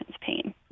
pain